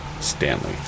Stanley